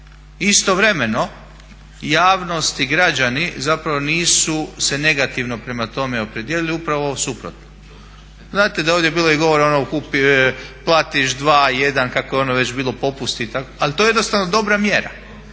Istovremeno javnost i građani zapravo nisu se negativno prema tome opredijelili upravo suprotno. Znate da je ovdje bilo i govora o onom platiš dva, jedan kako je ono već bilo popusti itd. ali to je jednostavno dobra mjera